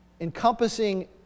encompassing